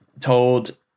told